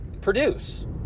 produce